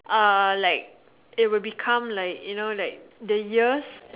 uh like it will become like you know like the ears